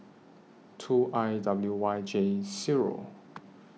two I W Y J Zero